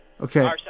Okay